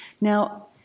Now